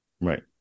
Right